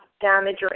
damage